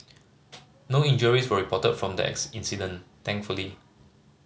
no injuries were reported from the incident thankfully